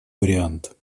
вариант